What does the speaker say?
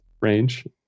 range